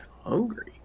hungry